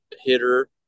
hitter